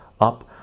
up